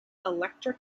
electric